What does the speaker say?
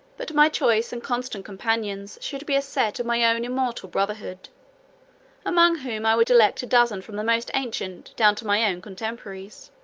but my choice and constant companions should be a set of my own immortal brotherhood among whom, i would elect a dozen from the most ancient, down to my own contemporaries.